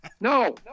No